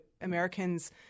Americans